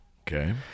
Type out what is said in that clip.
Okay